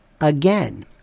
again